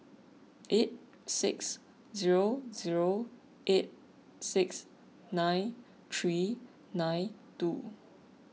eight six zero zero eight six nine three nine two